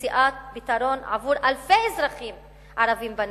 במציאת פתרון עבור אלפי אזרחים ערבים בנגב.